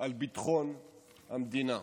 על ביטחון המדינה.